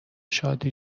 شادی